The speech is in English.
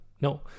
no